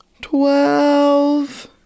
twelve